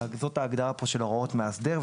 וזוהי ההגדרה של הוראות המאסדר.